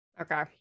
Okay